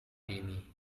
ini